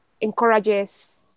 encourages